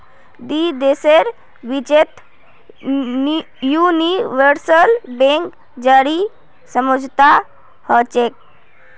दी देशेर बिचत यूनिवर्सल बैंकेर जरीए समझौता हछेक